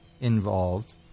involved